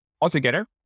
altogether